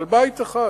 על בית אחד?